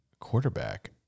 quarterback